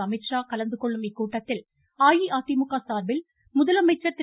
அமித்ஷா உள்ளிட்டோர் கலந்துகொள்ளும் இக்கூட்டத்தில் அஇஅதிமுக சார்பில் முதலமைச்சர் திரு